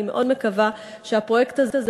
אני מאוד מקווה שהפרויקט הזה,